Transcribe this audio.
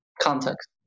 context